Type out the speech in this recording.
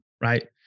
right